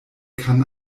kann